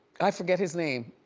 i forget his name.